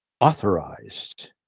authorized